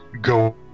go